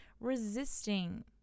resisting